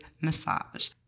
massage